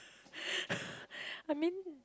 I mean